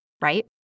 right